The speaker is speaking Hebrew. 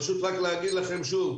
פשוט רק להגיד לכם שוב,